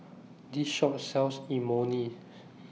This Shop sells Imoni